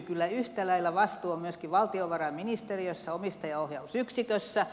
kyllä yhtä lailla vastuu on myöskin valtiovarainministeriössä omistajaohjausyksikössä